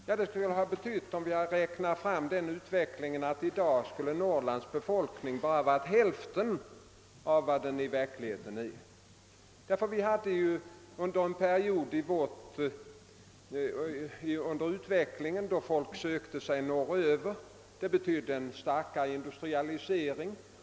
Om vi hade räknat fram en sådan utveckling, skulle detta ha betytt att Norrlands befolkning bara hade varit hälften av vad den dag i verkligheten är. Vi hade en period i utvecklingen då folk sökte sig norröver. Det betydde en stark industrialisering där uppe.